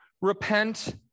Repent